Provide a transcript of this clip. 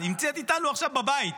נמצאת איתנו עכשיו בבית,